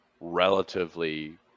relatively